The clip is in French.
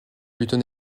plutôt